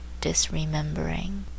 disremembering